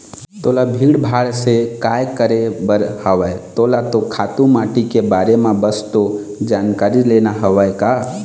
तोला भीड़ भाड़ से काय करे बर हवय तोला तो खातू माटी के बारे म बस तो जानकारी लेना हवय का